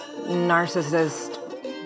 narcissist